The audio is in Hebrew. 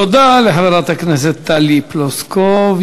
תודה לחברת הכנסת טלי פלוסקוב.